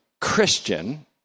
Christian